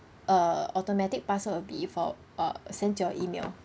a automatic parcel will be for uh sent to your email